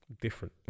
different